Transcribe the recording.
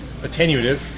attenuative